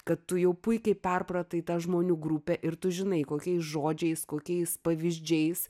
kad tu jau puikiai perpratai tą žmonių grupę ir tu žinai kokiais žodžiais kokiais pavyzdžiais